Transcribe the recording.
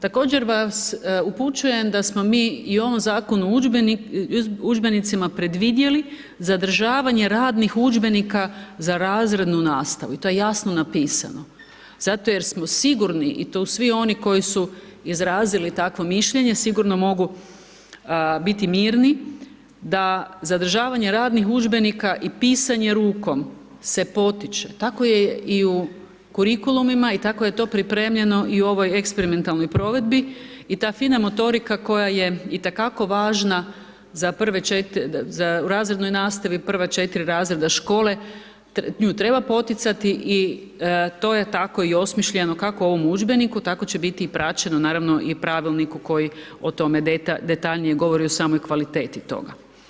Također vas upućujem da smo mi i u ovom zakonu o udžbenicima predvidjeli zadržavanje radnih udžbenika za razrednu nastavu i to je jasno napisano, zato jer smo sigurni i to svi oni koji su izrazili takvo mišljenje sigurno mogu biti mirni da zadržavanje radnih udžbenika i pisanje rukom se potiče, tako je i u kurikulumima i tako je to pripremljeno i u ovoj eksperimentalnoj provedbi i ta fina motorika koja je i te kako važna za prve, u razrednoj nastavi prva četiri razreda škole, nju treba poticati i to je tako i osmišljeno, kako u ovom udžbeniku tako će biti i praćeno naravno i u pravilniku koji o tome govori detaljnije govori o samoj kvaliteti toga.